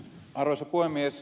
arvoisa puhemies